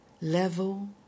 level